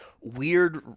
weird